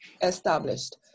established